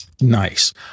Nice